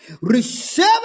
Receive